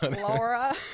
Laura